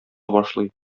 башлый